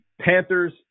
Panthers